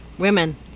Women